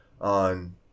on